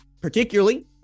particularly